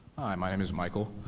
hi, my name is michael.